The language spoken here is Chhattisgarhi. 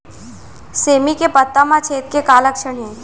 सेमी के पत्ता म छेद के का लक्षण हे?